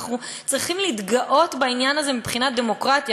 אנחנו צריכים להתגאות בעניין הזה מבחינת דמוקרטיה,